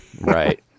Right